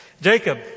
Jacob